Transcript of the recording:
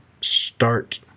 start